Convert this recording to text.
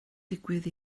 digwydd